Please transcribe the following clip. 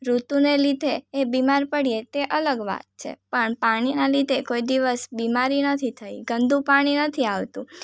ઋતુને લીધે એ બીમાર પડીએ તે અલગ વાત છે પણ પાણીના લીધે કોઈ દિવસ બીમારી નથી થઈ ગંદુ પાણી નથી આવતું